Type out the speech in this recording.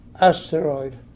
asteroid